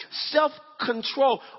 self-control